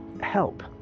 help